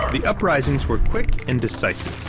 the uprisings were quick and decisive.